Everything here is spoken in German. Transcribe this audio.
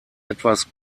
etwas